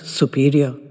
superior